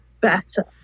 better